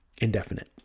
indefinite